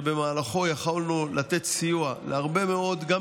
ובמהלכה יכולנו לתת סיוע להרבה מאוד נפגעי עבירה,